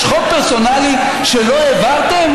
יש חוק פרסונלי שלא העברתם?